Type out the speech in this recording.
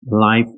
life